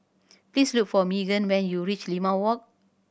please look for Maegan when you reach Limau Walk